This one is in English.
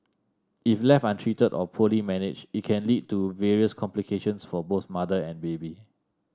if left untreated or poorly managed it can lead to various complications for both mother and baby